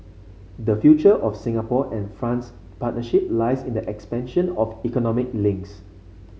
the future of Singapore and France partnership lies in the expansion of economic links